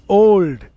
old